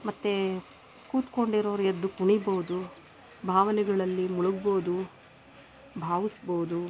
ಮತ್ತು ಕುತ್ಕೊಂಡಿರೋರು ಎದ್ದು ಕುಣಿಬೋದು ಭಾವನೆಗಳಲ್ಲಿ ಮುಳಗ್ಬೋದು ಭಾವಸ್ಬೋದು